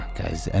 guys